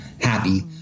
happy